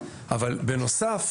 אבל בנוסף,